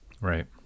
Right